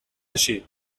així